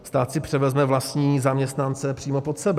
Stát si převezme vlastní zaměstnance přímo pod sebe.